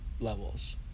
levels